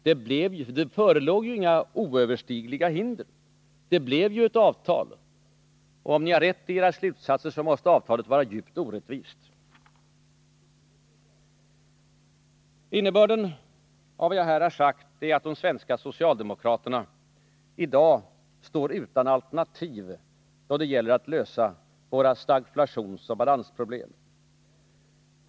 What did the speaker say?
Det förelåg ju inga oöverstigliga hinder. Det blev ett avtal. Men om ni har rätt i era slutsatser måste avtalet vara djupt orättvist. Innebörden av vad jag här sagt är att de svenska socialdemokraterna i dag står utan konkreta alternativ då det gäller att lösa våra stagflationsoch balansproblem.